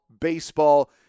baseball